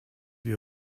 die